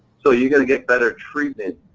so you're gonna get better treatment.